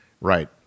Right